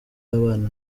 abana